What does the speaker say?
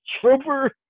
trooper